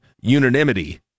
unanimity